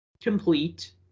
complete